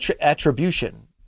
attribution